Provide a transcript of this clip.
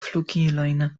flugilojn